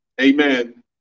Amen